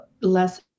less